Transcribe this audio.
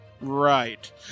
Right